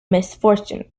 misfortune